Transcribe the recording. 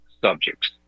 subjects